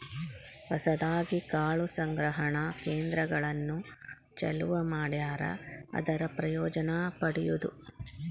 ಹೊಸದಾಗಿ ಕಾಳು ಸಂಗ್ರಹಣಾ ಕೇಂದ್ರಗಳನ್ನು ಚಲುವ ಮಾಡ್ಯಾರ ಅದರ ಪ್ರಯೋಜನಾ ಪಡಿಯುದು